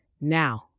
Now